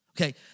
Okay